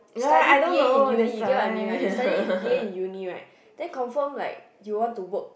study B_A in uni you cannot admin you study B_A in uni right then confirm like you want to work